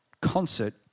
concert